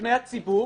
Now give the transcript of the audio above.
בפני הציבור